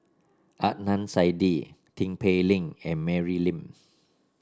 Adnan Saidi Tin Pei Ling and Mary Lim